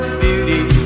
beauty